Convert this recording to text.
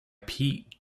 pete